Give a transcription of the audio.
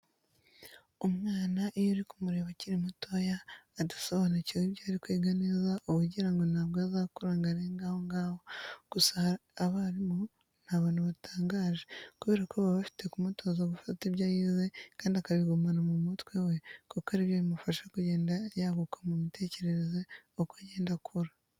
Umwana iyo uri kumureba akiri mutoya, adasobanukiwe ibyo ari kwiga neza uba ugira ngo ntabwo azakura ngo arenge aho ngaho. Gusa abarimu ni abantu batangaje kubera ko baba bafite kumutoza gufata ibyo yize kandi akabigumana mu mutwe we kuko ari byo bimufasha kugenda yaguka mu mitekerereze uko agenda akura.